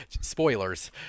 Spoilers